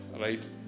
right